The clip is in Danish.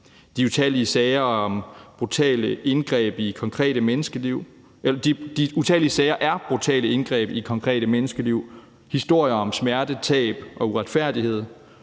De utallige sager er brutale indgreb i konkrete menneskeliv. Det er historier om smerte, tab og uretfærdighed,